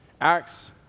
Acts